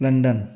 landon